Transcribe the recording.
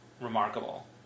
Remarkable